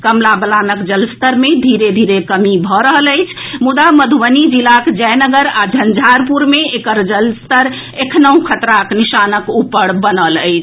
कमला बलानक जलस्तर मे धीरे धीरे कमी भऽ रहल अछि मुदा मधुबनी जिलाक जयनगर आ झंझारपुर मे एकर जलस्तर एखनहूं खतराक निशानक ऊपर बनल अछि